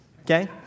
okay